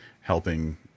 helping